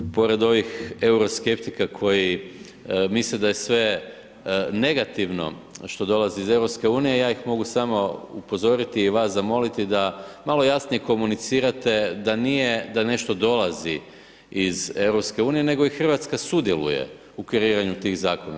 Pored ovih euroskeptika, koji misle da je sve negativno što dolazi iz EU, ja ih mogu samo upozoriti i vas zamoliti da malo jasnije komunicirate, da nije da nešto dolazi iz EU, nego i Hrvatska sudjeluje u kreiranju tih zakona.